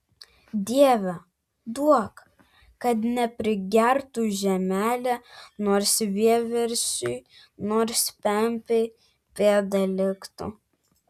dieve duok kad neprigertų žemelė nors vieversiui nors pempei pėda liktų